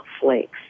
flakes